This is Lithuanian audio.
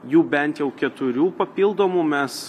jų bent jau keturių papildomų mes